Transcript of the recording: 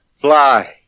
fly